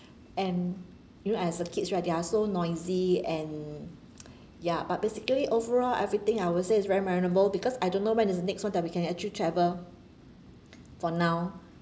and you know as a kids right they are so noisy and ya but basically overall everything I will say it's very memorable because I don't know when is the next [one] we can actually travel for now